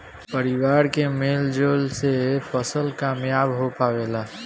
परिवार के मेल जोल से फसल कामयाब हो पावेला